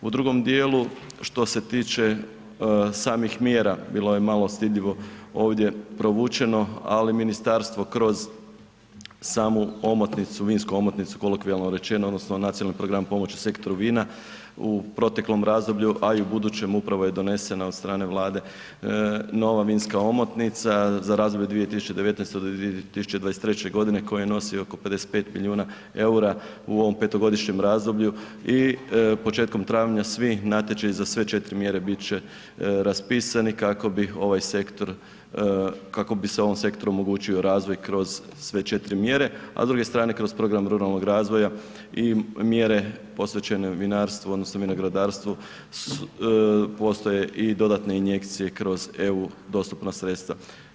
U drugom dijelu što se tiče samih mjera, bilo je malo stidljivo ovdje provučeno, ali ministarstvo kroz samu omotnicu, vinsku omotnicu, kolokvijalno rečeno odnosno nacionalni program pomoći sektoru vina u proteklom razdoblju, a i u budućem upravo je donesena od strane Vlade nova vinska omotnica za razdoblje 2019. do 2023.g. koje nosi oko 55 milijuna EUR-a u ovom petogodišnjem razdoblju i početkom travnja svi natječaji za sve četiri mjere bit će raspisani kako bi ovaj sektor, kako bi se ovom sektoru omogućio razvoj kroz sve četiri mjere, a s druge strane kroz program ruralnog razvoja i mjere posvećene vinarstvu odnosno vinogradarstvu postoje i dodatne injekcije kroz EU dostupna sredstva.